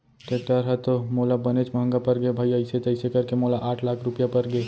tractor ह तो मोला बनेच महँगा परगे भाई अइसे तइसे करके मोला आठ लाख रूपया परगे